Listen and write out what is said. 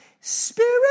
spirit